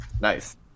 Nice